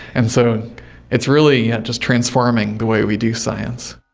and so it's really just transforming the way we do science.